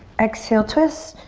exhale twist.